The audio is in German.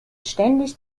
ständig